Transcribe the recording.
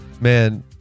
Man